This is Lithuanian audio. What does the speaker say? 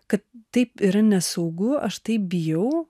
kad taip yra nesaugu aš taip bijau